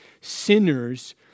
sinners